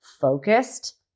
focused